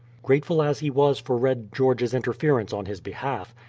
grateful as he was for red george's interference on his behalf,